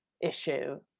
issue